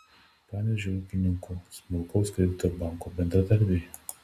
panevėžio ūkininkų smulkaus kredito banko bendradarbiai